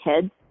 kids